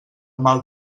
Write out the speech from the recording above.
mal